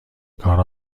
کار